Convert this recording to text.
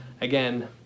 Again